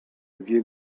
wiek